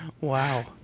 Wow